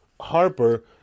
Harper